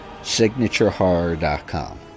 SignatureHorror.com